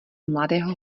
mladého